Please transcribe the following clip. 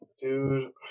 Dude